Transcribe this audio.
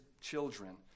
children